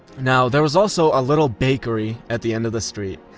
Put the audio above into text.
now, there was also a little bakery at the end of the street.